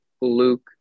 Luke